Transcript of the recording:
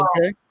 okay